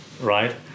right